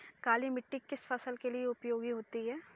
काली मिट्टी किस फसल के लिए उपयोगी होती है?